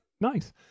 Nice